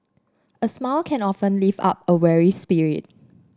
a smile can often lift up a weary spirit